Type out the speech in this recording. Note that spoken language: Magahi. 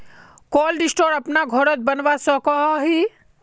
कोल्ड स्टोर अपना घोरोत बनवा सकोहो ही?